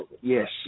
Yes